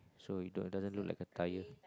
so it doesn't look like a tire